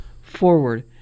forward